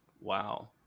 Wow